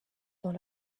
dans